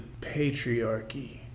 patriarchy